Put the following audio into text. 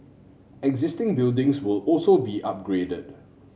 existing buildings will also be upgraded